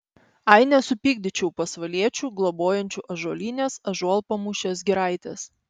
ai nesupykdyčiau pasvaliečių globojančių ąžuolynės ąžuolpamūšės giraitės